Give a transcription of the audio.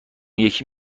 یکی